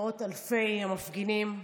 למאות אלפי המפגינים,